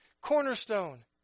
cornerstone